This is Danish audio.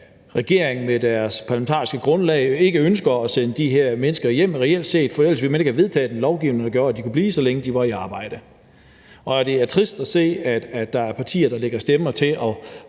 regeringen med deres parlamentariske grundlag ikke ønsker at sende de her mennesker hjem reelt set, for ellers ville man ikke have vedtaget en lovgivning, der gjorde, at de kunne blive, så længe de var i arbejde. Og det er trist at se, at der er partier, der lægger stemmer til at